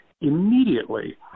immediately